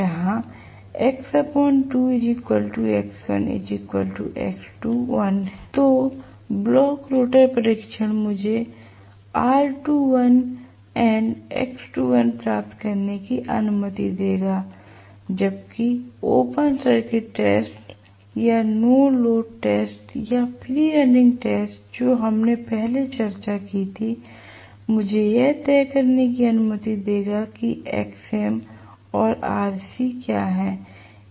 जहाँ तो block rotor परीक्षण मुझे R2l और X2l प्राप्त करने की अनुमति देगा जबकि ओपन सर्किट टेस्ट या नो लोड टेस्ट या फ्री रनिंग टेस्ट जो हमने पहले चर्चा की थी मुझे यह तय करने की अनुमति देगा कि Xm और Rc क्या है